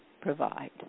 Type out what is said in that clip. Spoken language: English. provide